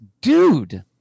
dude